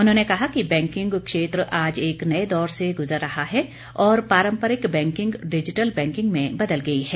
उन्होंने कहा कि बैंकिंग क्षेत्र आज एक नए दौर से गुजर रहा है और पारंपरिक बैंकिंग डिजिटल बैंकिंग में बदल गई है